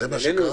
זה מה שקרה.